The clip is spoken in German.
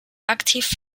aktiv